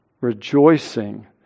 Rejoicing